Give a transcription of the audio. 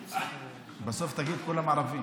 בסוף תגיד: כולם ערבים.